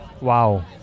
wow